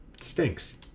stinks